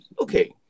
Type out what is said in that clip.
okay